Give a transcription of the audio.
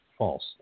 False